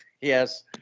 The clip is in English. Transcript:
Yes